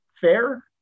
Fair